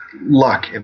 luck